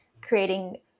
creating